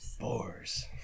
Boars